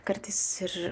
kartais ir